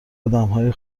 آدمهای